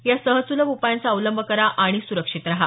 या सहज सुलभ उपायांचा अवलंब करा आणि सुरक्षित रहा